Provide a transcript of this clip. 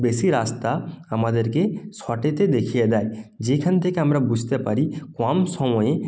বেশি রাস্তা আমাদেরকে শর্টেতে দেখিয়ে দেয় যেইখান থেকে আমরা বুঝতে পারি কম সময়ে